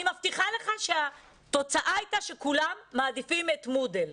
אני מבטיחה לך שהתוצאה תהיה שכולם מעדיפים את מודל,